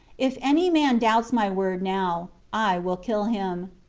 if any man doubts my word now, i will kill him.